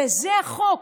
וזה החוק.